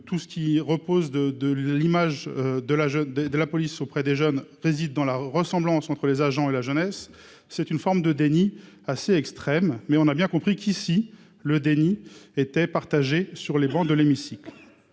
tout ce qui repose de de l'image de la jeune de de la police auprès des jeunes, réside dans la ressemblance entre les agents et la jeunesse, c'est une forme de déni assez extrême, mais on a bien compris qu'ici le déni était partagé sur les bancs de l'hémicycle,